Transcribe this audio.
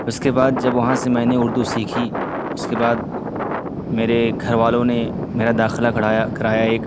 اس کے بعد جب وہاں سے میں نے اردو سیکھی اس کے بعد میرے گھر والوں نے میرا داخلہ کرایا کرایا ایک